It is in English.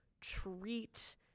treat